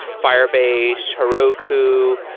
firebase, heroku.